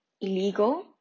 illegal